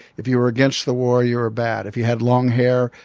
if you were against the war, you were bad. if you had long hair,